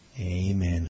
Amen